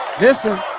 Listen